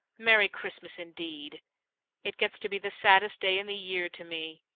merry christmas, indeed it gets to be the saddest day in the year to me!